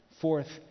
Fourth